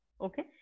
Okay